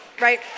right